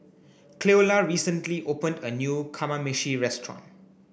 Cleola recently opened a new Kamameshi restaurant